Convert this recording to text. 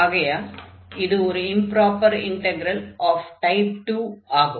ஆகையால் இது ஒரு இம்ப்ராபர் இன்டக்ரல் ஆஃப் டைப் 2 ஆகும்